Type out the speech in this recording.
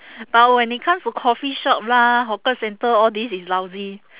but when it comes to coffee shop lah hawker center all this is lousy